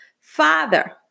Father